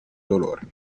dolore